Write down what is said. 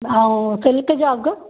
ऐं सिल्क जा अघु